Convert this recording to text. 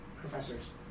professors